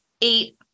eight